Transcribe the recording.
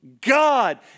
God